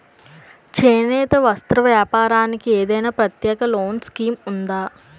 చేనేత వస్త్ర వ్యాపారానికి ఏదైనా ప్రత్యేక లోన్ స్కీం ఉందా?